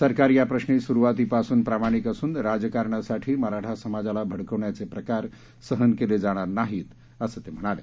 सरकार या प्रश्री सुरुवातीपासून प्रामाणिक असून राजकारणासाठी मराठा समाजाला भडकवण्याचे प्रकार सहन केले जाणार नाहीत असं ते म्हणाले